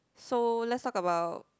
so let's talk about